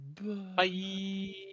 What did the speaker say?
Bye